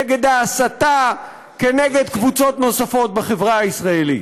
נגד ההסתה כנגד קבוצות נוספות בחברה הישראלית.